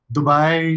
Dubai